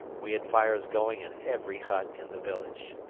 we had fires going in every hut in the village.